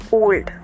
old